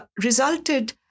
resulted